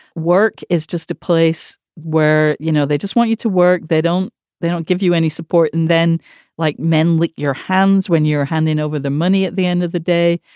work is just a place where, you know, they just want you to work. they don't they don't give you any support. and then like men like your hands when you're handing over the money at the end of the day.